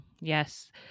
Yes